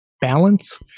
balance